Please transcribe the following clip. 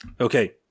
okay